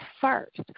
first